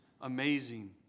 amazing